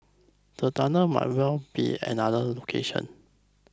the tunnels might well be at another location